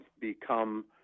become